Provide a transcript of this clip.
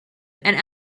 and